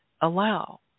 allow